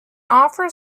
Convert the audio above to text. offer